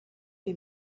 que